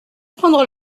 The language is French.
prendre